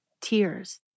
tears